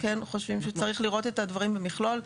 כן חושבים שצריך לראות את הדברים במכלול.